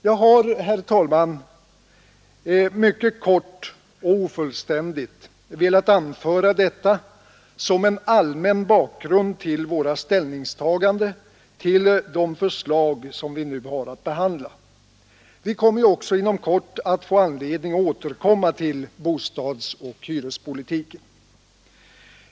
Jag har, herr talman, mycket kort och ofullständigt velat anföra detta som en allmän bakgrund till våra ställningstaganden till de förslag vi nu har att behandla. Vi får ju också inom kort anledning att återkomma till bostadsoch hyrespolitiken.